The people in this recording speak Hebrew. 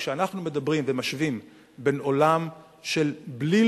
כשאנחנו מדברים ומשווים בין עולם של בליל